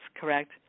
correct